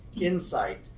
insight